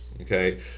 okay